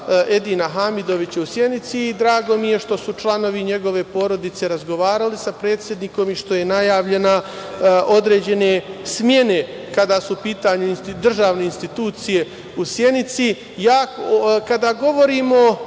Edina Hamidovića u Sjenici i drago mi je što su članovi njegove porodice razgovarali sa predsednikom i što su najavljene određene smene kada su u pitanju državne institucije u Sjenici. Kada